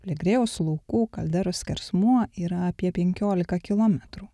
legrėjaus laukų kalderos skersmuo yra apie penkiolika kilometrų